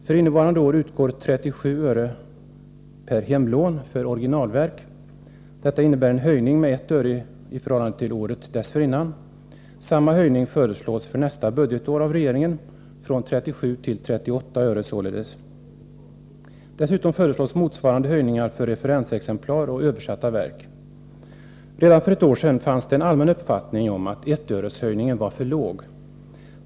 För innevarande år utgår 37 öre per hemlån för originalverk. Detta innebär en höjning med 1 öre i förhållande till året dessförinnan. Samma höjning föreslås av regeringen för nästa budgetår, således från 37 till 38 öre. Dessutom föreslås motsvarande höjningar för referensexemplar och översatta verk. Redan för ett år sedan fanns det en allmän uppfattning om att ettöreshöjningen var för låg.